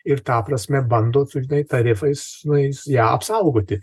ir ta prasme bando tu žinai tarifais nu jais ją apsaugoti